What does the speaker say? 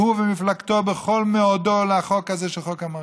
הוא ומפלגתו, בכל מאודו לחוק הזה, חוק המרכולים,